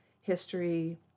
history